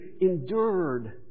endured